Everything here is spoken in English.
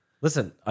Listen